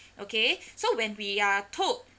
okay so when we are told